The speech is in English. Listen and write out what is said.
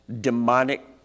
demonic